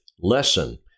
lesson